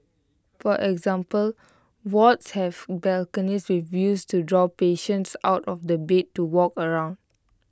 for example wards have balconies with views to draw patients out of the bed to walk around